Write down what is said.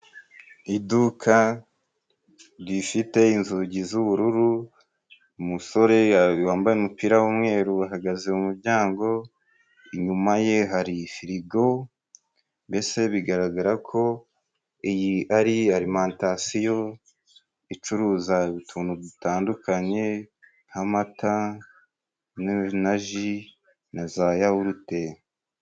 Iduka rifite inzugi z'ubururu, umusore wambaye umupira w'umweru ahagaze mu muryango, inyuma ye hari firigo, mbese bigaragara ko iyi ari alimantasiyo icuruza utuntu dutandukanye nk' amata na ji na za yawurute.